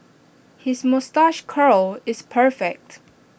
his moustache curl is perfect